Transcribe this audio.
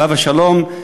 עליו השלום,